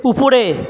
উপরে